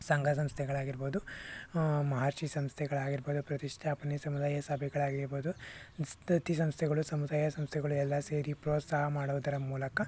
ಸಂಘ ಸಂಸ್ಥೆಗಳಾಗಿರ್ಬೋದು ಮಹರ್ಷಿ ಸಂಸ್ಥೆಗಳಾಗಿರ್ಬೋದು ಪ್ರತಿಷ್ಠಾಪನೆ ಸಮುದಾಯ ಸಭೆಗಳಾಗಿರ್ಬೋದು ಸ್ ದತ್ತಿ ಸಂಸ್ಥೆಗಳು ಸಮುದಾಯ ಸಂಸ್ಥೆಗಳು ಎಲ್ಲ ಸೇರಿ ಪ್ರೋತ್ಸಾಹ ಮಾಡುವುದರ ಮೂಲಕ